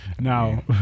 Now